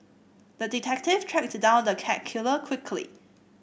the detective tracked down the cat killer quickly